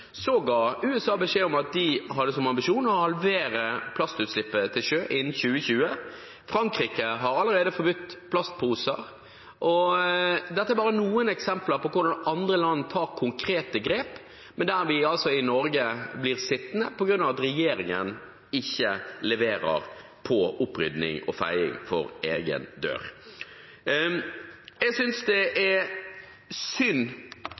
USA beskjed om at de hadde som ambisjon å halvere plastutslippet til sjø innen 2020. Frankrike har allerede forbudt plastposer. Dette er bare noen eksempler på hvordan andre land tar konkrete grep, men der vi i Norge blir sittende på grunn av at regjeringen ikke leverer på opprydning og feiing for egen dør. Jeg synes det er synd